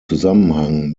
zusammenhang